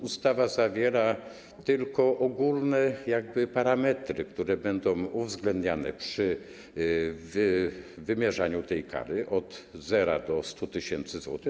Ustawa zawiera tylko ogólne parametry, które będą uwzględniane przy wymierzaniu tej kary, od 0 do 100 tys. zł.